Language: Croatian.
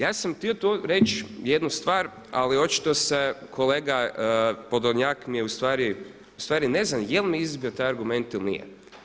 Ja sam htio reći jednu stvar ali očito kolega Podolnjak mi je ustvari, ustvari ne znam jel' mi izbio taj argument ili nije.